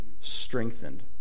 strengthened